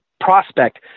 prospect